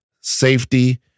safety